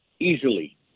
easily